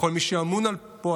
לכל מי שאמון על פועלם,